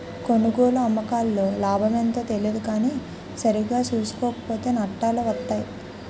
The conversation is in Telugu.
కొనుగోలు, అమ్మకాల్లో లాభమెంతో తెలియదు కానీ సరిగా సూసుకోక పోతో నట్టాలే వొత్తయ్